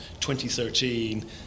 2013